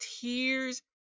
tears